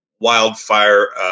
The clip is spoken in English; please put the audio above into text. wildfire